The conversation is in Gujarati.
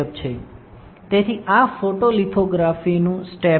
તેથી આ ફોટોલિથોગ્રાફીનું સ્ટેપ છે